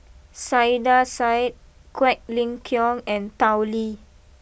Saiedah Said Quek Ling Kiong and Tao Li